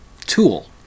Tool